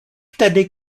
tedy